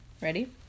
Ready